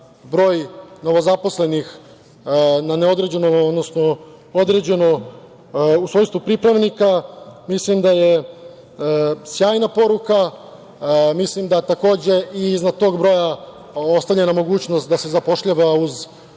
broj novozaposlenih na neodređeno, odnosno određeno, u svojstvu pripravnika. Mislim da je sjajna poruka. Mislim da takođe i iznad tog broja ostavljena mogućnost da se zapošljava uz